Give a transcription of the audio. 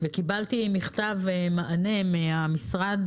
וקיבלתי מענה מהמשרד,